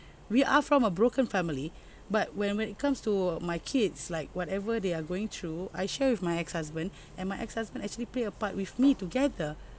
we are from a broken family but when when it comes to my kids like whatever they are going through I share with my ex-husband and my ex-husband actually play a part with me together